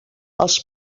els